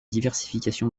diversification